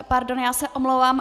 Pardon, já se omlouvám.